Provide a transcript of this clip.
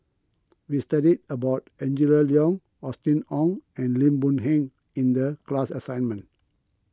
we studied about Angela Liong Austen Ong and Lim Boon Keng in the class assignment